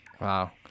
Wow